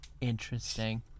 Interesting